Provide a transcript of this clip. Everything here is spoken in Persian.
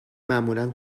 معمولا